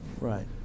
right